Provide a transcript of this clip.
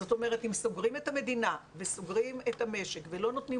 זאת אומרת אם סוגרים את המדינה וסוגרים את המשק ולא נותנים